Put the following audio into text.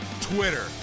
Twitter